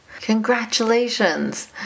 Congratulations